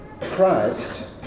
Christ